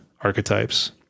archetypes